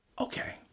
okay